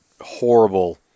horrible